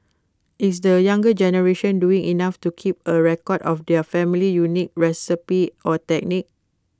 is the younger generation doing enough to keep A record of their family's unique recipes or techniques